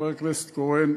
חברת הכנסת קורן,